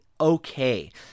okay